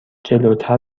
جلوتر